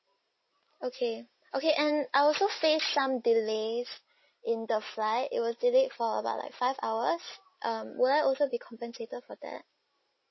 okay okay and I also faced some delays in the flight it was delayed for about like five hours um would I also be compensated for that